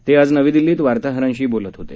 ते आज नवी दिल्लीत वार्ताहरांशी बोलत होते